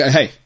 Hey